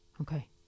Okay